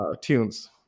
tunes